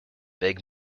big